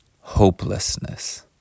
hopelessness